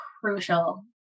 crucial